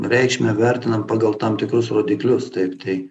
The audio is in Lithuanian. reikšmę vertinam pagal tam tikrus rodiklius taip tai